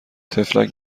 طفلک